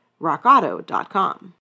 rockauto.com